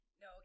No